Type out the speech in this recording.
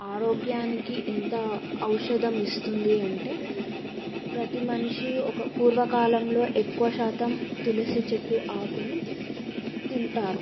ఆరోగ్యానికి ఎంత ఔషధం ఇస్తుంది అంటే ప్రతి మనిషి ఒక పూర్వకాలంలో ఎక్కువ శాతం తులసి చెట్టు ఆకును తింటారు